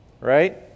right